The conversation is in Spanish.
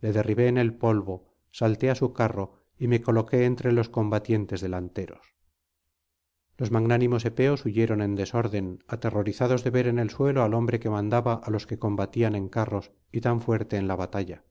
le derribé en el polvo salté ásu carro y me coloqué entre los combatientes delanteros los magnánimos epeos huyeron en desorden aterrorizados de ver en el suelo al hombre que mandaba á los que combatían en carros y tan fuerte era en la batalla